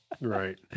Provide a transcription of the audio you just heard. right